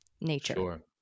nature